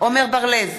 עמר בר-לב,